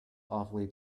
awfully